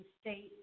state